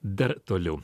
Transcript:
dar toliau